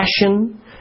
passion